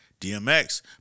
DMX